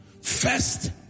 First